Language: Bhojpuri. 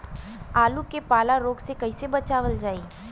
आलू के पाला रोग से कईसे बचावल जाई?